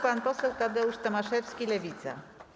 Pan poseł Tadeusz Tomaszewski, Lewica.